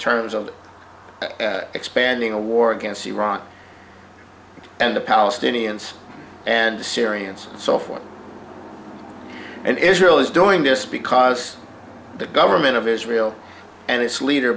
terms of expanding a war against iran and the palestinians and the syrians and so forth and israel is doing this because the government of israel and its leader